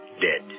dead